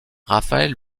raphaël